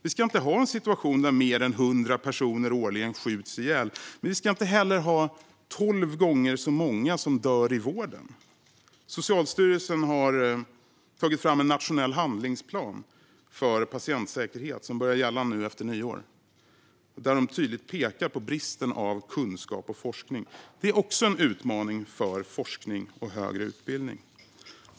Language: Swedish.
Vi ska inte ha en situation där fler än 100 personer årligen skjuts ihjäl, men vi ska heller inte ha tolv gånger så många som dör i vården. Socialstyrelsen har tagit fram en nationell handlingsplan för patientsäkerhet som börjar gälla nu efter nyår och där de tydligt pekar på bristen på kunskap och forskning. Detta är också en utmaning för forskning och högre utbildning.